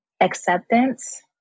acceptance